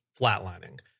flatlining